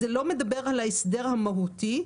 זה לא מדבר על ההסדר המהותי,